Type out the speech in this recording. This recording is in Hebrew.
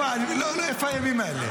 איפה הימים האלה?